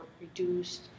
reduced